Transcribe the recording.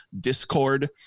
discord